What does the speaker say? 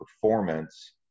performance